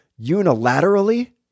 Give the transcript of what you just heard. unilaterally